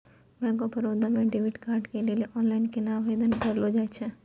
Bank of Baroda मे debit card के लेली आनलाइन केना आवेदन करलो जाय छै?